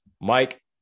Mike